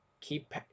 Keep